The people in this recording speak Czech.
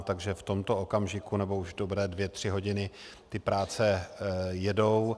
Takže v tomto okamžiku, nebo už dobré dvě tři hodiny ty práce jedou.